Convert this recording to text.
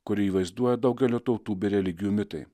kurį vaizduoja daugelio tautų bei religijų mitai